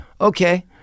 Okay